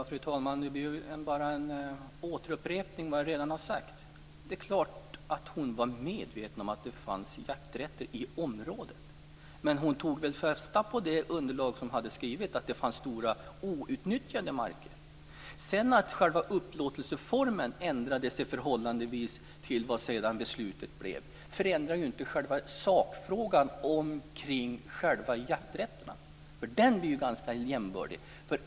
Fru talman! Det blir bara en upprepning av vad jag redan har sagt. Det är klart att Annika Åhnberg var medveten om att det fanns jakträtter i området. Men hon tog väl fasta på det underlag som fanns, på det som hade skrivits, att det fanns stora outnyttjade marker. Att själva upplåtelseformen ändrades i förhållande till vad beslutet sedan blev förändrar inte sakfrågan kring själva jakträtterna, för den blir ganska jämbördig.